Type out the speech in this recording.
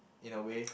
in a way